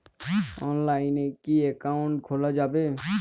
অনলাইনে কি অ্যাকাউন্ট খোলা যাবে?